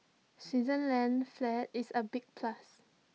Switzerland's flag is A big plus